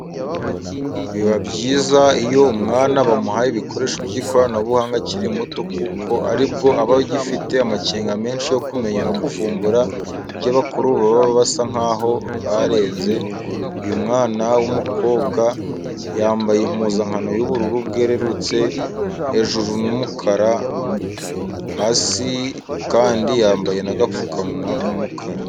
Biba byiza iyo umwana bamuhaye ibikoresho by'ikoranabuhanga akiri muto kuko aribwo aba agifite amakenga menshi yo kumenya no kuvumbura ibyo abakuru baba basa nkaho barenze, uyu mwana w'umukobwa yambaye impuzankano y'ubururu bwerurutse hejuru n'umukara hasi kandi yambaye n'agapfukamunwa k'umukara.